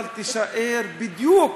אבל תישאר בדיוק